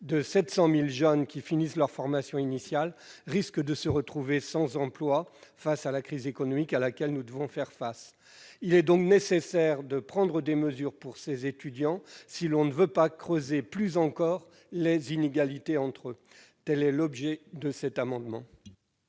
des 700 000 jeunes qui finissent leur formation initiale risque de se retrouver sans emploi face à la crise économique à laquelle nous devons faire face. Il est donc nécessaire de prendre des mesures pour ces étudiants si l'on ne veut pas creuser plus encore les inégalités entre eux. Tel est l'objet de cet amendement.